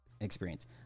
experience